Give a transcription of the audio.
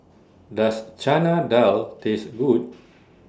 Does Chana Dal Taste Good